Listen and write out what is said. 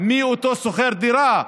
מיהו אותו שוכר דירה,